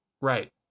Right